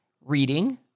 reading